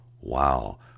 Wow